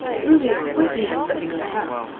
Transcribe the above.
it really is quite easy when you know how.